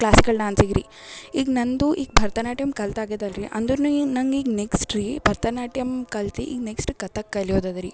classical ಡಾನ್ಸಿಗೆ ರೀ ಈಗ ನಂದು ಈಗ ಭರತನಾಟ್ಯಮ್ ಕಲ್ತಾಗ್ಯದ ರೀ ಅಂದ್ರು ನಂಗೆ ಈಗ ನೆಕ್ಸ್ಟ್ ರೀ ಭರತನಾಟ್ಯಮ್ ಕಲ್ತು ಈಗ ನೆಕ್ಸ್ಟ್ ಕಥಕ್ ಕಲಿಯೋದದ ರೀ